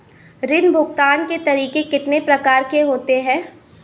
ऋण भुगतान के तरीके कितनी प्रकार के होते हैं?